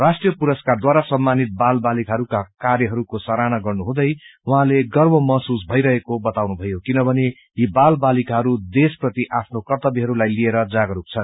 राष्ट्रिय पुरस्कारद्वारा सममानित बाल बालिकाहरूका कार्यहरूको सराहना गर्नुहुँदै उहाँले गव्र महसूस भईरहेको बताउनुभयो किनभने यी बाल बालिकाहरू देशप्रति आफ्नो कर्तव्यहरूलाई लिएर जागरूक छन्